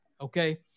Okay